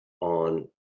on